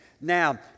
Now